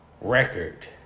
record